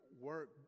work